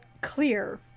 clear